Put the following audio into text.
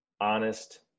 honest